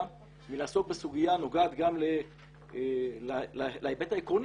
מלעסוק בסוגיה הנוגעת גם להיבט העקרוני,